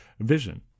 vision